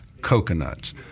coconuts